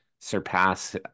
surpass